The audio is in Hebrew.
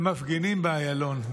למפגינים באיילון.